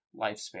lifespan